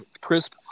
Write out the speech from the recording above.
crisp